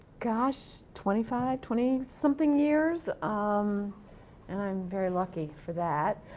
gosh, twenty five, twenty something years um and i'm very lucky for that.